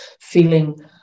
feeling